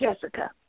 Jessica